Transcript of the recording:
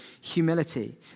humility